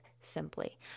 simply